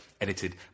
edited